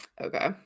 Okay